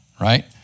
right